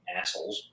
assholes